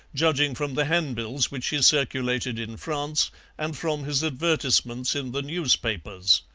judging from the handbills which he circulated in france and from his advertisements in the newspapers.